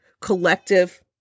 collective